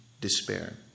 despair